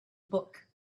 book